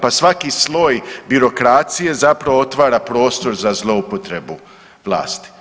Pa svaki sloj birokracije zapravo otvara prostor za zloupotrebu vlasti.